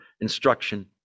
instruction